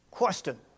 Question